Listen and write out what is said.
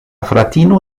fratino